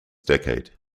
decade